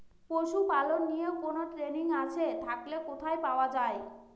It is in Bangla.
পশুপালন নিয়ে কোন ট্রেনিং আছে থাকলে কোথায় পাওয়া য়ায়?